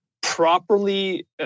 properly